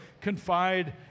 confide